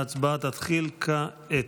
ההצבעה תתחיל כעת,